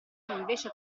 invece